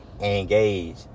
engage